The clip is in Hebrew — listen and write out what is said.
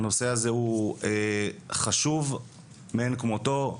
הנושא הזה הוא חשוב מאין כמותו,